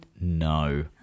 No